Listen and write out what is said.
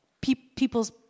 people's